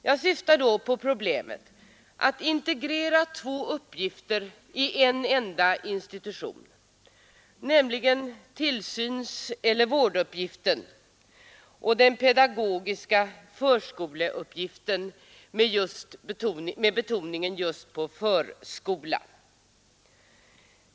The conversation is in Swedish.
Jag syftar då på problemet att integrera två uppgifter i en enda institution, nämligen tillsynseller vårduppgiften och den pedagogiska förskoleuppgiften med betoningen just på förskola.